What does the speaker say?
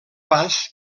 pas